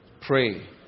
Pray